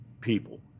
people